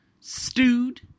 Stewed